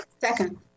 Second